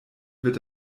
wird